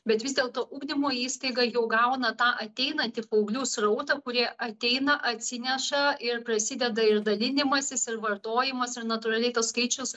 bet vis dėlto ugdymo įstaiga jau gauna tą ateinantį paauglių srautą kurie ateina atsineša ir prasideda ir dalinimasis ir vartojimas ar natūraliai to skaičiaus